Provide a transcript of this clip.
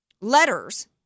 letters